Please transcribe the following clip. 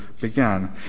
began